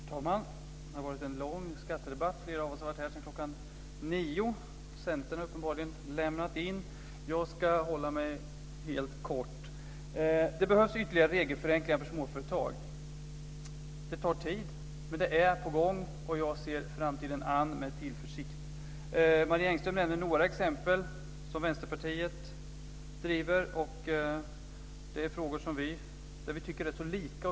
Herr talman! Det har varit en lång skattedebatt. Flera av oss har varit här i kammaren sedan kl. 9 men Centern har uppenbarligen så att säga lämnat in. Jag ska fatta mig helt kort. Det behövs ytterligare regelförenklingar för småföretag. Arbetet tar tid men är på gång, och jag ser framtiden an med tillförsikt. Marie Engström nämnde några exempel på frågor som Vänsterpartiet driver - frågor där vi tycker rätt så lika.